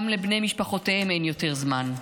גם לבני משפחותיהם אין יותר זמן.